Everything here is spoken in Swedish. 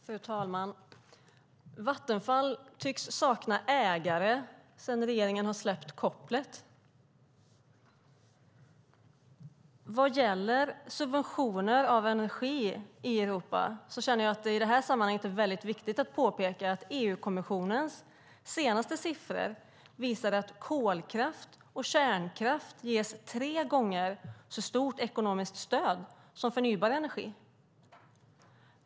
Fru talman! Vattenfall tycks sakna ägare sedan regeringen släppt kopplet. Vad gäller subventioner av energi i Europa är det i detta sammanhang viktigt att påpeka att EU-kommissionens senaste siffror visar att kolkraft och kärnkraft ges tre gånger så stort ekonomiskt stöd som förnybar energi.